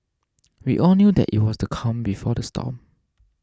we all knew that it was the calm before the storm